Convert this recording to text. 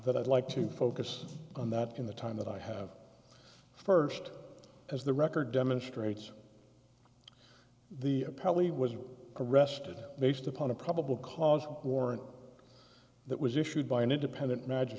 that i'd like to focus on that in the time that i have first as the record demonstrates the appellee was arrested based upon a probable cause warrant that was issued by an independent magi